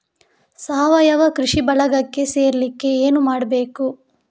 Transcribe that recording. ಸಾವಯವ ಕೃಷಿ ಬಳಗಕ್ಕೆ ಸೇರ್ಲಿಕ್ಕೆ ಏನು ಮಾಡ್ಬೇಕು?